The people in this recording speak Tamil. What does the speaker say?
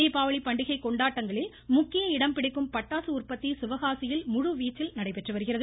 தீபாவளிப் பண்டிகை கொண்டாட்டங்களில் முக்கிய இடம் பிடிக்கும் பட்டாசு உற்பத்தி சிவகாசியில் முழுவீச்சில் நடைபெற்று வருகிறது